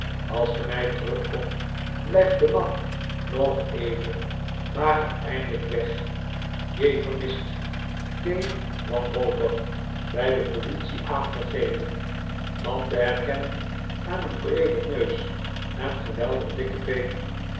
als de meid terugkomt blijft de mart nog even maar gaat eindelijk weg j vermist d wanhopig bij de politie aangegeven man te herkennen aan een breeden neus en geweldig dikke beenen